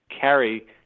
carry